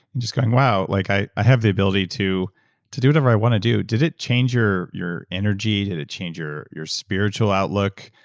and just going, wow, like i i have the ability to to do whatever i want to do. did it change your your energy? did it change your your spiritual outlook?